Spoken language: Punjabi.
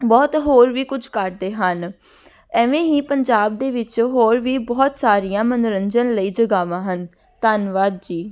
ਬਹੁਤ ਹੋਰ ਵੀ ਕੁਝ ਕਰਦੇ ਹਨ ਐਵੇਂ ਹੀ ਪੰਜਾਬ ਦੇ ਵਿੱਚ ਹੋਰ ਵੀ ਬਹੁਤ ਸਾਰੀਆਂ ਮਨੋਰੰਜਨ ਲਈ ਜਗ੍ਹਾਵਾਂ ਹਨ ਧੰਨਵਾਦ ਜੀ